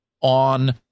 on